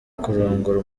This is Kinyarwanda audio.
kurongora